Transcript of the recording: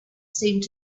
seemed